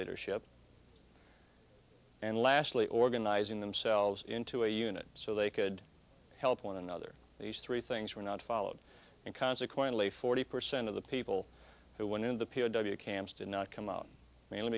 leadership and lastly organizing themselves into a unit so they could help one another these three things were not followed and consequently forty percent of the people who went in the p o w camps did not come out mainly